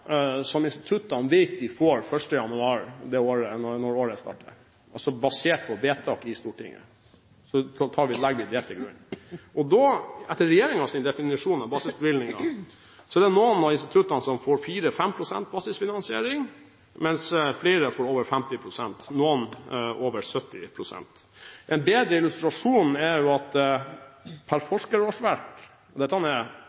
som instituttene vet at de får 1. januar, når året starter, basert på vedtak i Stortinget. Dette legger vi til grunn for debatten. Etter regjeringens definisjon av basisbevilgninger er det noen av instituttene som får 4–5 pst. basisfinansiering, mens flere får over 50 pst. og noen over 70 pst. En bedre illustrasjon er at mange institutter per